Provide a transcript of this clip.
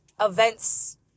events